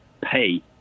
pay